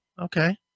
Okay